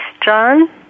John